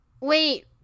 Wait